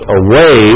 away